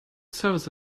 service